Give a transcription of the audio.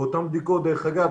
ואותן בדיקות, דרך אגב,